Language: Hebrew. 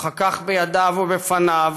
הוא חכך בידיו ובפניו,